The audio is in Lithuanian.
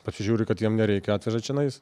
pasižiūri kad jiem nereikia atveža čionais